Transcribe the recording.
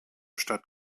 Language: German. stadt